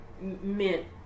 meant